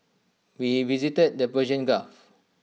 we visited the Persian gulf